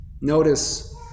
Notice